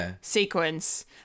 sequence